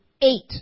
eight